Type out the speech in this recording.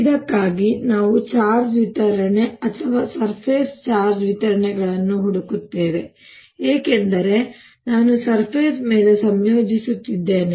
ಇದಕ್ಕಾಗಿ ನಾವು ಚಾರ್ಜ್ ವಿತರಣೆ ಅಥವಾ ಸರ್ಫೆಸ್ ಚಾರ್ಜ್ ವಿತರಣೆಗಳನ್ನು ಹುಡುಕುತ್ತೇವೆ ಏಕೆಂದರೆ ನಾನು ಸರ್ಫೆಸ್ ಮೇಲೆ ಸಂಯೋಜಿಸುತ್ತಿದ್ದೇನೆ